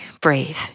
breathe